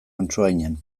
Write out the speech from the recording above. antsoainen